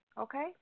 okay